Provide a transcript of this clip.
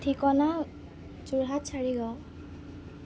ঠিকনা যোৰহাট চাৰিগাঁও